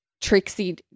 Trixie